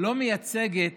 לא מייצגת